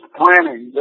planning